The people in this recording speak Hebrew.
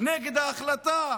נגד ההחלטה